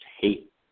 hate